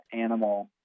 animal